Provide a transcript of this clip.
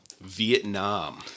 Vietnam